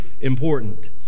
important